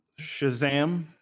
Shazam